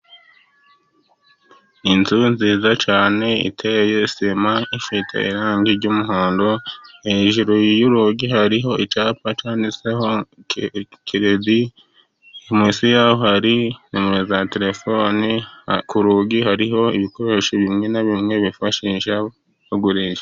Inzu nziza cyane iteye sima ifite irangi ry'umuhondo, hejuru y'urugi hariho icyapa cyanditseho keredi, munsi yaho hari numero za terefone. Ku rugi hariho ibikoresho bimwe na bimwe bifashisha bagurisha.